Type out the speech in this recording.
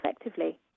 effectively